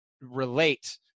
relate